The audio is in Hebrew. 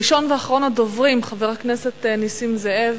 ראשון ואחרון הדוברים, חבר הכנסת נסים זאב,